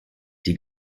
die